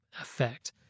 effect